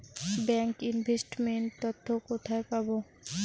Bank investment তথ্য কোথায় পাব?